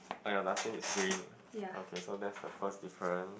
oh ya the dustbin is green okay so that's the first difference